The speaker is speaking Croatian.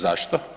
Zašto?